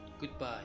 Goodbye